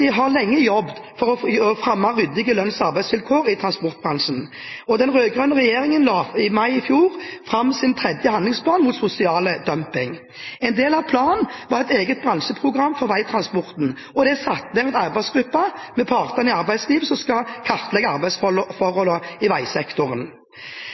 har lenge jobbet for å fremme ryddige lønns- og arbeidsvilkår i transportbransjen. Den rød-grønne regjeringen la i mai i fjor fram sin tredje handlingsplan mot sosial dumping. En del av planen var et eget bransjeprogram for veitransporten. Det er satt ned en arbeidsgruppe med partene i arbeidslivet som skal kartlegge